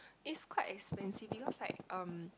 it's quite expensive because like um